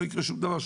לא יקרה שום דבר,